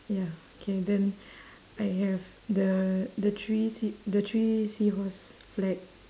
ya okay then I have the the three sea the three seahorse flag